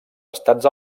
estats